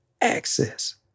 access